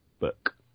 book